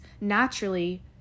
naturally